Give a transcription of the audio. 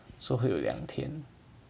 so 会有两天